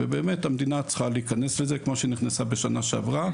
ובאמת המדינה צריכה להיכנס לזה כמו שהיא נכנסה בשנה שעברה.